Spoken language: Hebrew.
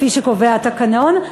כפי שקובע התקנון,